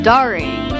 Starring